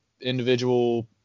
individual